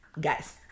guys